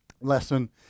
lesson